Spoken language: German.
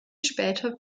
später